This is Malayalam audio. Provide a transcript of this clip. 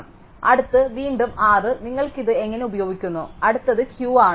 അതിനാൽ അടുത്തത് വീണ്ടും R നിങ്ങൾ ഇത് എങ്ങനെ ഉപയോഗിക്കുന്നു അടുത്തത് Q ആണ്